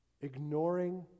Ignoring